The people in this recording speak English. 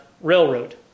railroad